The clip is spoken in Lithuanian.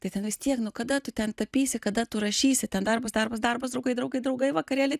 tai ten vis tiek nu kada tu ten tapysi kada tu rašysi ten darbas darbas darbas draugai draugai draugai vakarėliai